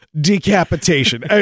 decapitation